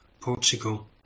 Portugal